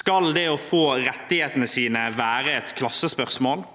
Skal det å få rettighetene sine være et klassespørsmål?